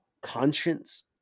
conscience